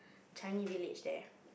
Changi-Village there